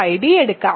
cd എടുക്കാം